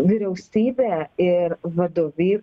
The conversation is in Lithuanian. vyriausybė ir vadovy